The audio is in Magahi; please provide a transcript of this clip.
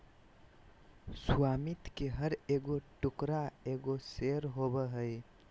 स्वामित्व के हर एगो टुकड़ा एगो शेयर होबो हइ